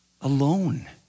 alone